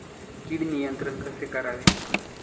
कीड नियंत्रण कसे करावे?